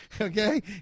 okay